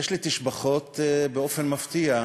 יש לי תשבחות, באופן מפתיע,